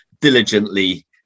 diligently